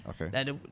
Okay